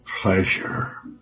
pleasure